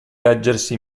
reggersi